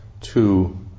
two